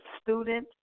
student